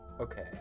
Okay